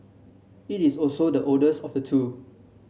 it is also the oldest of the two